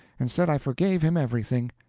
and said i forgave him everything.